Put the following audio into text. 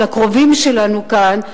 של הקרובים שלנו כאן,